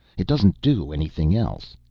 it doesn't do anything else.